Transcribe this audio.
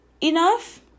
enough